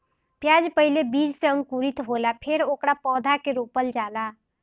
प्याज पहिले बीज से अंकुरित होला फेर ओकरा पौधा के रोपल जाला